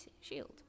shield